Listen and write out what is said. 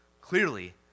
Clearly